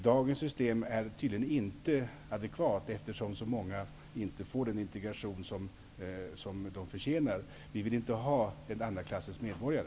Dagens system är tydligen inte adekvat, eftersom så många inte får den integration som de förtjä nar. Vi vill inte ha några andra klassens medbor gare.